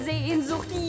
Sehnsucht